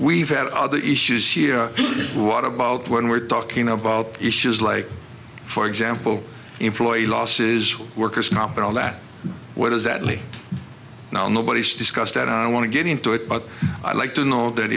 we've had other issues here what about when we're talking about issues like for example employee losses workers comp and all that what does that leave well nobody's discussed that i want to get into it but i'd like to know that